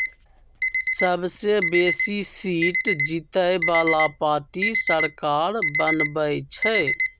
सबसे बेशी सीट जीतय बला पार्टी सरकार बनबइ छइ